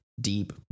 deep